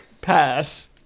pass